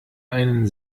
einen